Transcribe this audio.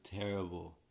terrible